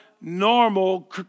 normal